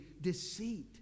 deceit